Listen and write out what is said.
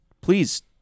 Please